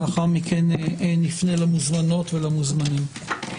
לאחר מכן נפנה למוזמנות ולמוזמנים.